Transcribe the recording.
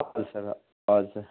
हवस् सर हजुर सर